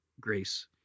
Grace